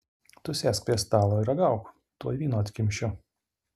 tu sėsk prie stalo ir ragauk tuoj vyno atkimšiu